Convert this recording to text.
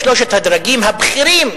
בשלושת הדרגים הבכירים,